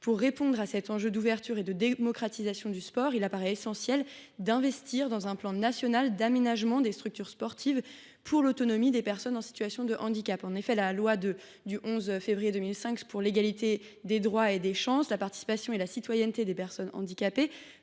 Pour répondre à cet enjeu d’ouverture et de démocratisation du sport, il apparaît essentiel d’investir dans un plan national d’aménagement des structures sportives pour l’autonomie des personnes en situation de handicap. En effet, la loi du 11 février 2005 pour l’égalité des droits et des chances, la participation et la citoyenneté des personnes handicapées